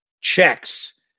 checks